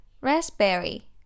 Raspberry